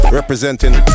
representing